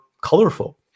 colorful